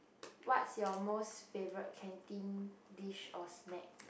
what's your most favourite canteen dish or snack